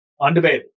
Undebatable